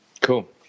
Cool